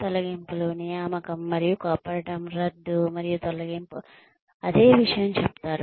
తొలగింపులు నియామకం మరియు కొప్పడటం రద్దు మరియు తొలగింపు అదే విషయం చెప్తారు